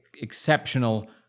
exceptional